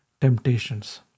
temptations